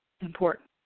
important